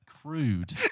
crude